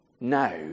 now